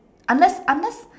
unless unless